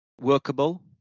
workable